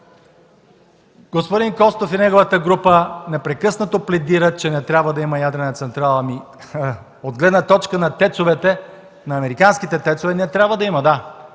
господин Костов и неговата група непрекъснато пледира, че не трябва да има ядрена централа. От гледна точка на американските ТЕЦ-ове не трябва да има, да!